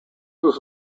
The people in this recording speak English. was